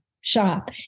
Shop